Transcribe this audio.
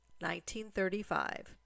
1935